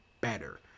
better